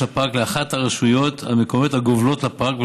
הפארק לאחת הרשויות המקומיות הגובלות בפארק,